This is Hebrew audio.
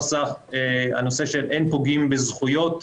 יש שמירת דינים במצב הנוכחי,